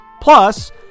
plus